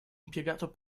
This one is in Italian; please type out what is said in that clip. impiegato